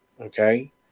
okay